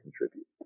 contribute